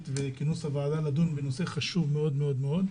לכינוס הוועדה לדון בנושא חשוב מאוד-מאוד.